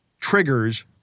triggers